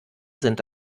sind